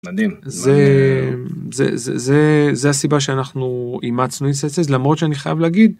זה זה זה זה זה הסיבה שאנחנו אימצנו למרות שאני חייב להגיד.